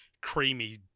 creamy